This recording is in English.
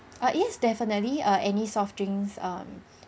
ah yes definitely err any soft drinks err